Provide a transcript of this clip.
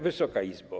Wysoka Izbo!